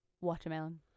watermelon